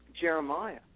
Jeremiah